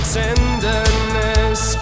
tenderness